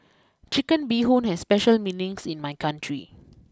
Chicken Bee Hoon has special meanings in my country